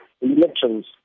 elections